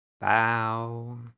bow